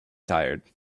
tired